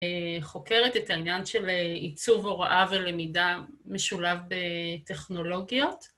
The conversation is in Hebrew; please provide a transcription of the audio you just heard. ‫חוקרת את העניין של עיצוב הוראה ‫ולמידה משולב בטכנולוגיות.